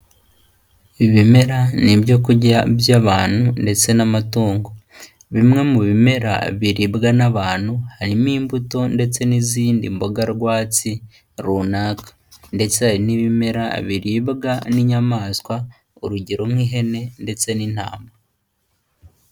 Ibimera ni ibyo kurya by'abantu ndetse n'amatungo, bimwe mu bimera biribwa n'abantu, harimo imbuto ndetse n'izindi mboga rwatsi runaka, ndetse hari n'ibimera biribwa n'inyamaswa, urugero nk'ihene ndetse n'intama.